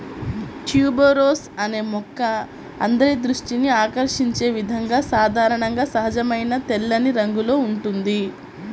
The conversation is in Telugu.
ట్యూబెరోస్ అనే మొక్క అందరి దృష్టిని ఆకర్షించే విధంగా సాధారణంగా సహజమైన తెల్లని రంగులో ఉంటుంది